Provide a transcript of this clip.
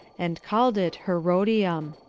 and called it herodium.